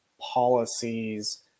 policies